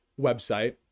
website